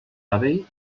avi